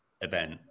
event